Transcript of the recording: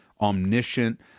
omniscient